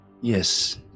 Yes